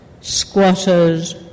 squatters